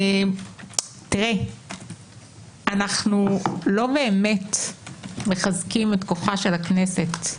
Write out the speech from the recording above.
אנחנו לא באמת מחזקים את כוחה של הכנסת,